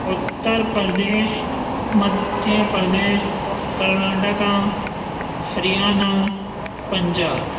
Uttar Pradesh Madhya Pradesh Karnataka Haryana Punjab